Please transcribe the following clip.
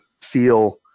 feel